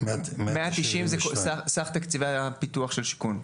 --- מאה תשעים זה סך תקציבי הפיתוח של שיכון,